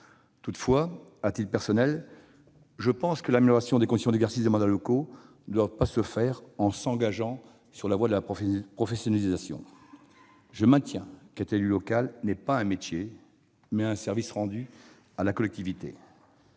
Toutefois, à titre personnel, je pense que l'amélioration des conditions d'exercice des mandats locaux ne doit pas passer par la voie de la professionnalisation. Je le maintiens, être élu local n'est pas un métier, c'est un service rendu à la collectivité.